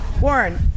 Warren